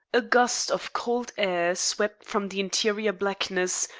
a gust of cold air swept from the interior blackness,